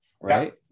right